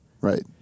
Right